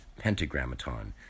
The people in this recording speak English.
Pentagrammaton